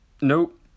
Nope